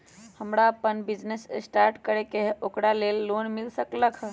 हमरा अपन business start करे के है ओकरा लेल लोन मिल सकलक ह?